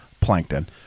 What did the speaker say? Plankton